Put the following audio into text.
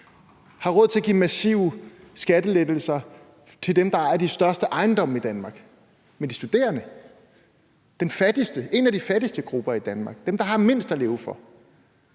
har råd til at give massive skattelettelser til dem, der ejer de største ejendomme i Danmark? Men de studerende, en af de fattigste grupper i Danmark, dem, der har mindst at leve for,